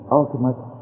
ultimate